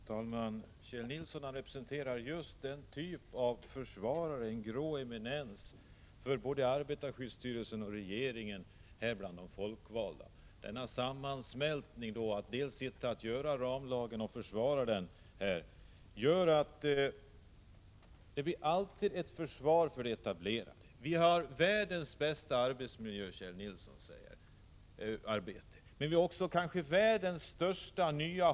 Herr talman! Kjell Nilsson är en representant för en viss typ av försvarare — ett slags grå eminens —, och här gäller det ett försvar av både arbetarskyddsstyrelsen och regeringen. Denna sammansmältning — det gäller då dels sättet att göra upp en ramlag, dels sättet att försvara denna — gör att det alltid är de etablerade som försvaras. Vi har världens bästa arbetsmiljö, säger Kjell Nilsson. Ja, men vi har också ett nytt hot som kanske är det största i hela världen.